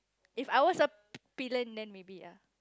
if I was a pillion then maybe ya